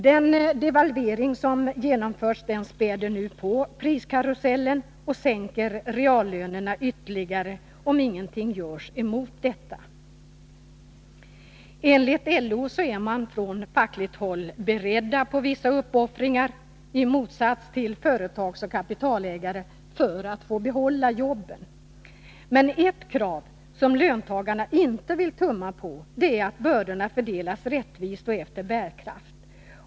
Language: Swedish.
Den devalvering som genomförts späder nu på priskarusellen och sänker reallönerna ytterligare om ingenting görs emot detta. Enligt LO är man från fackligt håll beredd på vissa uppoffringar — i motsats till företagsoch kapitalägare — för att få behålla jobben. Men ett krav som löntagarna inte vill tumma på är att bördorna fördelas rättvist och efter bärkraft.